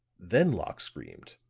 then locke screamed,